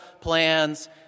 plans